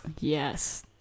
Yes